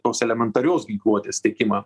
tos elementarios ginkluotės tiekimą